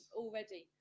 already